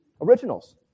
originals